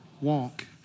walk